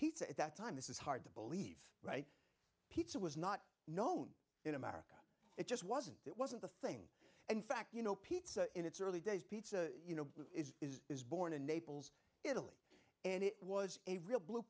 pizza at that time this is hard to believe right pizza was not known in america it just wasn't that wasn't the thing in fact you know pizza in its early days pizza you know is is is born in naples italy and it was a real blue